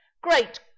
great